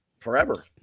forever